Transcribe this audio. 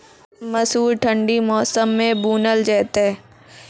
मसूर ठंडी मौसम मे बूनल जेतै?